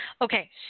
Okay